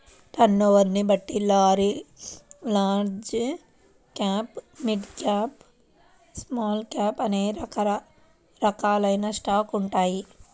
టర్నోవర్ని బట్టి large cap, mid cap, small cap అనే రకాలైన స్టాక్స్ ఉంటాయి